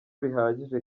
bihagije